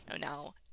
now